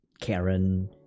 Karen